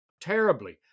terribly